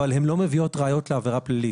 אבל הן לא מביאות ראיות לעבירה פלילית.